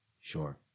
sure